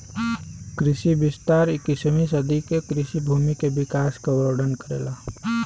कृषि विस्तार इक्कीसवीं सदी के कृषि भूमि के विकास क वर्णन करेला